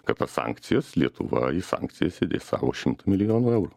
kad tas sankcijas lietuva į sankcijas įdės savo šimtą milijonų eurų